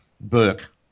Burke